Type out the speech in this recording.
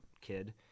kid